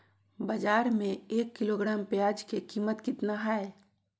बाजार में एक किलोग्राम प्याज के कीमत कितना हाय?